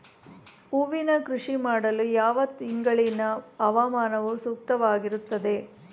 ಹೂವಿನ ಕೃಷಿ ಮಾಡಲು ಯಾವ ತಿಂಗಳಿನ ಹವಾಮಾನವು ಸೂಕ್ತವಾಗಿರುತ್ತದೆ?